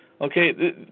Okay